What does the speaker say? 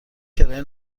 کرایه